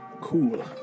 Cool